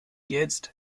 jetzt